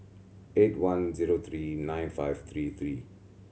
eight one zero three nine five three three